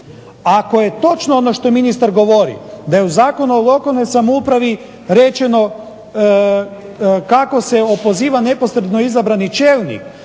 Ako je točno ono što ministar govori da je u Zakonu o lokalnoj samoupravi rečeno kako se opoziva neposredno izabrani čelnik,